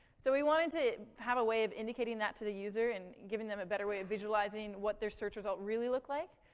so we wanted to have a way of indicating that to the user, and giving them a better way of visualizing what their search result really looked like.